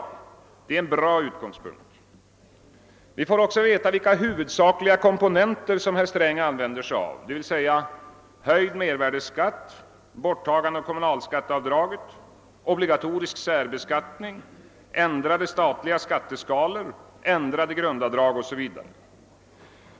Det är en bra utgångspunkt. Vi får också veta vilka huvudsakliga komponenter som herr Sträng använder sig av, nämligen höjd mervärdeskatt, borttagande av kommunalskatteavdraget, obligatorisk särbeskattning, ändrade <statsskatteskalor, ändrade grundavdrag m.m.